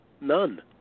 None